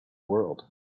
world